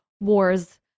wars